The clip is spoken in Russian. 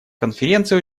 конференция